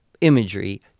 imagery